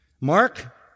Mark